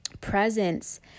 presence